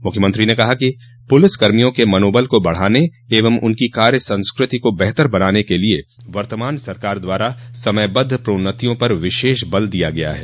मुख्यमंत्री ने कहा कि पुलिस कर्मियों के मनोबल को बढ़ाने एवं उनकी कार्य संस्कृति को बेहतर बनाने के लिए वर्तमान सरकार द्वारा समयबद्ध प्रोन्नतियों पर विशेष बल दिया गया है